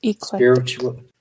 spiritual